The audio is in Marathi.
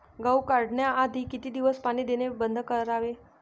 गहू काढण्याआधी किती दिवस पाणी देणे बंद करावे?